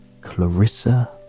Clarissa